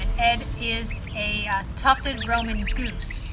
ed is a tufted roman goose.